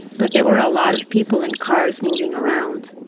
but there were a lot of people and cars moving around.